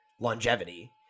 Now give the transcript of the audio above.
longevity